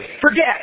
forget